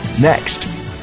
next